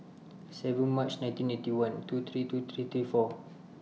seven March nineteen Eighty One two three two three three four